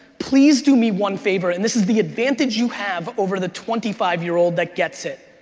please do me one favor, and this is the advantage you have over the twenty five year old that gets it,